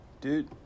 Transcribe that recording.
Dude